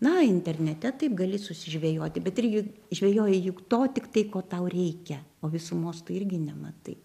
na internete taip gali susižvejoti bet irgi žvejoji juk to tik tai ko tau reikia o visumos tu irgi nematai